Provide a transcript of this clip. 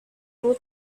able